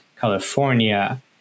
California